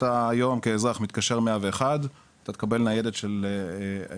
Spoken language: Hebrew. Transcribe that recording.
היום אתה כאזרח מתקשר 101 אתה תקבל ניידת של מד"א.